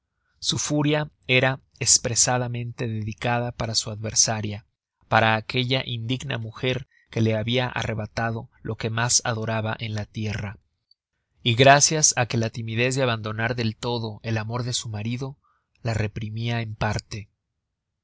su furia era espresamente dedicada para su adversaria para aquella indigna mujer que le habia arrebatado lo que mas adoraba en la tierra y gracias que la timidez de abandonar del todo el amor de su marido la reprimia en parte